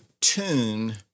tune